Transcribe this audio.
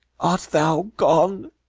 art thou gone?